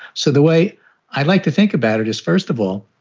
so the way i'd like to think about it is, first of all,